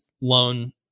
loan